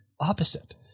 opposite